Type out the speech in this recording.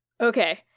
Okay